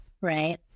right